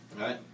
right